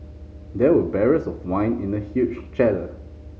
there were barrels of wine in the huge cellar